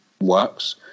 works